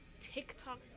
TikTok